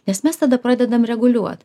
nes mes tada pradedam reguliuot